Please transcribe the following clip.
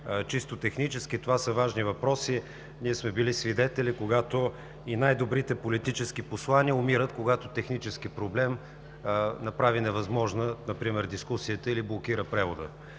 чисто технически. Това са важни въпроси. Ние сме били свидетели, когато и най-добрите политически послания умират, когато технически проблем направи невъзможна дискусията или блокира превода.